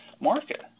market